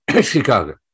Chicago